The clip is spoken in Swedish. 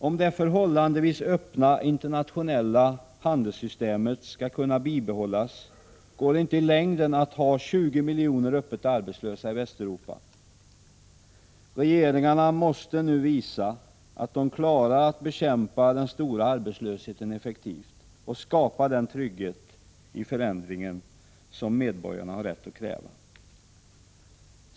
Om det förhållandevis öppna internationella handelssystemet skall kunna bibehållas, går det inte i längden att ha 20 miljoner öppet arbetslösa i Västeuropa. Regeringarna måste nu visa att de klarar att bekämpa den stora arbetslösheten effektivt och skapa den trygghet i förändringen som medborgarna har rätt att kräva.